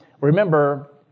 Remember